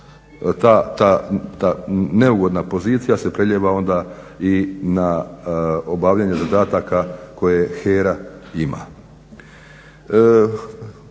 ta neugodna pozicija se preljeva onda i na obavljanje zadataka koje HERA ima.